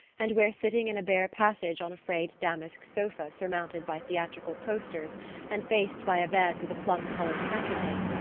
and where, sitting in a bare passage on a frayed damask sofa surmounted by theatrical posters and faced by a bed with a plum-coloured counterpane,